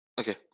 Okay